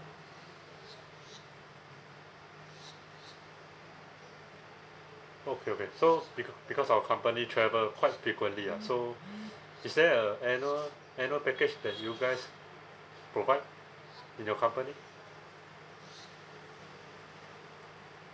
okay okay so beca~ because our company travel quite frequently ah so is there a annual annual package that you guys provide in your company